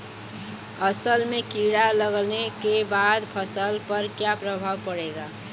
असल में कीड़ा लगने के बाद फसल पर क्या प्रभाव पड़ेगा?